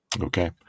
Okay